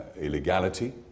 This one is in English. illegality